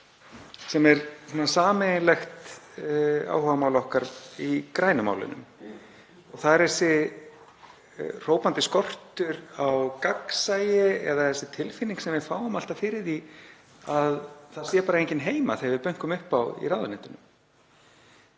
sem er sameiginlegt áhugamál okkar í grænu málunum, það er þessi hrópandi skortur á gagnsæi eða þessi tilfinning sem við fáum alltaf fyrir því að það sé bara enginn heima þegar við bönkum upp á í ráðuneytinu.